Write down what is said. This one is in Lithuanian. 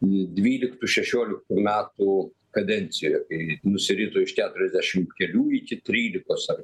dvyliktų šešioliktų metų kadencijoje kai nusirito iš keturiasdešimt kelių iki trylikos ar